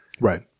Right